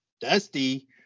Dusty